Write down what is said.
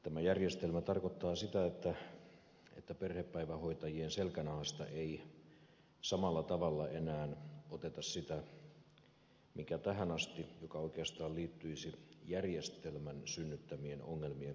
tämä järjestelmä tarkoittaa sitä että perhepäivähoitajien selkänahasta ei samalla tavalla enää oteta sitä mikä tähän asti mikä oikeastaan liittyisi järjestelmän synnyttämien ongelmien korjaamiseen